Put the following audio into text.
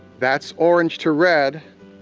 that's orange to red,